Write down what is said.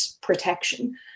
protection